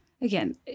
Again